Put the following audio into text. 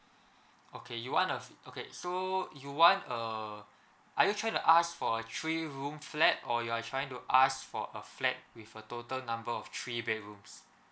okay you wanna a okay so you want a are you trying to ask for a three room flat or you are trying to ask for a flat with a total number of three bedrooms